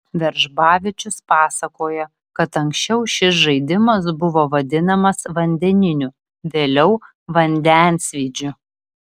veržbavičius pasakoja kad anksčiau šis žaidimas buvo vadinamas vandeniniu vėliau vandensvydžiu